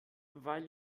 weil